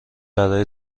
برای